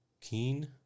Keen